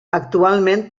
actualment